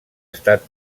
estat